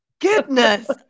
goodness